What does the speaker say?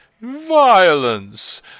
violence